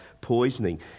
poisoning